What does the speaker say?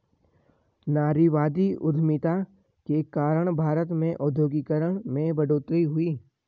नारीवादी उधमिता के कारण भारत में औद्योगिकरण में बढ़ोतरी हुई